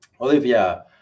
Olivia